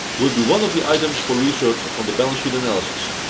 will be one of the items for research on the balance sheet analysis!